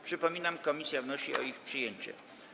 Przypominam, komisja wnosi o ich przyjęcie.